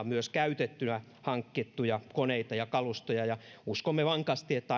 myös käytettynä hankittuja koneita ja kalustoja uskomme vankasti että